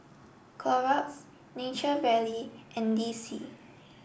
Clorox Nature Valley and D C